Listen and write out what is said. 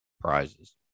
prizes